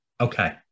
Okay